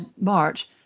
march